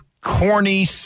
corny